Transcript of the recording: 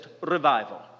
revival